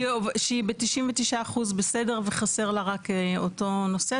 שהיא ב-99 אחוזים בסדר, וחסר לה רק אותו נושא.